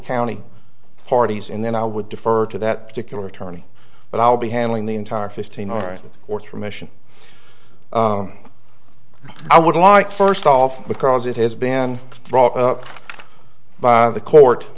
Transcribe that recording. county parties and then i would defer to that particular attorney but i'll be handling the entire fifteen aren't or three mission i would like first off because it has been brought up by the court